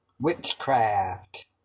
Witchcraft